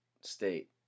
state